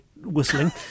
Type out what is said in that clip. whistling